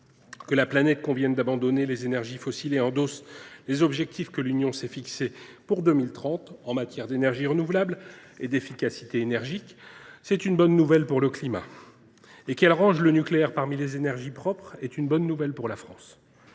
Que la planète convienne d’abandonner les énergies fossiles et endosse les objectifs que l’Union s’est fixés pour 2030 en matière d’énergies renouvelables et d’efficacité énergétique est une bonne nouvelle pour le climat. Qu’elle range le nucléaire parmi les énergies propres est une bonne nouvelle pour la France